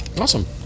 Awesome